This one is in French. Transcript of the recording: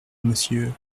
monsieur